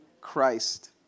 Christ